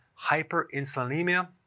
hyperinsulinemia